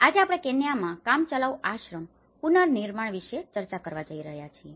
આજે આપણે કેન્યામાં કામચલાઉ આશ્રય પુનર્નિર્માણ વિશે ચર્ચા કરવા જઈ રહ્યા છીએ